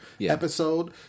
episode